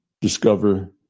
discover